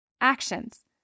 Actions